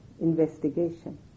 investigation